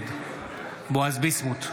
נגד בועז ביסמוט,